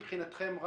מבחינתכם,